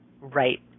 right